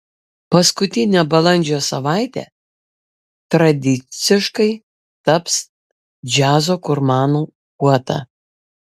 paskutinė balandžio savaitė tradiciškai taps džiazo gurmanų puota